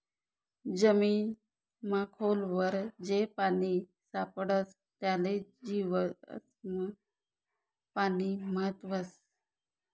जमीनमा खोल वर जे पानी सापडस त्याले जीवाश्म पाणी म्हणतस